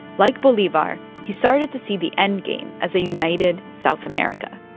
like bolivar, he started to see the end game as a united south america.